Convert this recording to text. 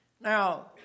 Now